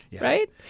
right